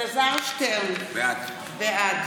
אלעזר שטרן, בעד